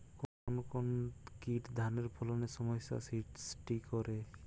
কোন কোন কীট ধানের ফলনে সমস্যা সৃষ্টি করে?